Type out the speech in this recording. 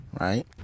Right